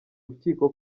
urukiko